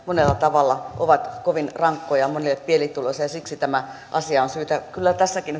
monella tavalla ovat kovin rankkoja monille pienituloisille siksi tämä asia on syytä kyllä tässäkin